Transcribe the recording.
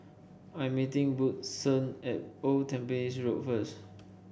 I'm meeting Woodson at Old Tampines Road first